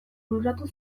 bururatu